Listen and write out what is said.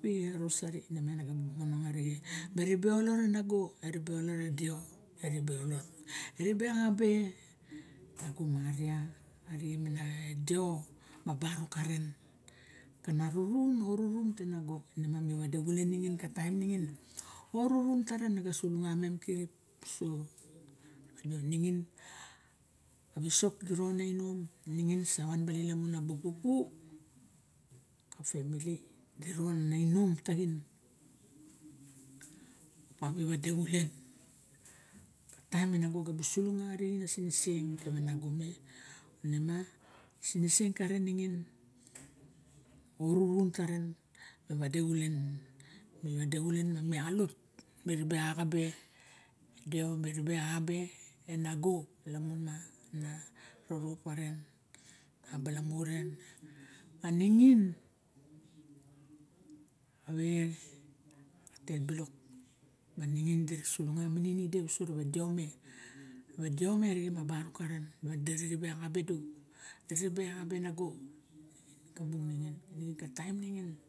pi a rosar i nemiang na vu momonong arixe me ribe olat e nago eribe dot e deo eribe olot e rife olot kabe nago maria arixem e deo barrok karen kana arurum ma orurun te nago me waele xulen ningin ka taim ningin ma orurun taren na ga sulung a mem kirip uso mo ningin wisok di ron a inom ningin sawan baling lamun a bu puu xa pemili di ron ana inom taxi opa mi wade xulen taim enago na bu sulunga a siniseng kave nago me nema siniseng karen ningin orurun taven ewade xulen ma me alut ma ribe axabe deo mi eibe axambe e nago lamuna rorop paren a balamu ren ma ningin kave a tet silok maningin dira sulunge minin ide so rawe deo me arixem e boarok karen dera ribe axabe du di ribe axabe nago ningin ka bung ningin ka time ningin